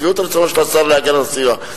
לשביעות רצונו של השר להגנת הסביבה.